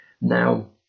Now